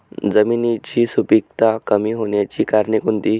जमिनीची सुपिकता कमी होण्याची कारणे कोणती?